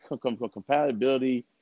compatibility